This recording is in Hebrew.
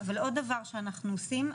אבל עוד דבר שאנחנו עושים,